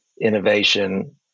innovation